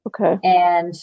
okay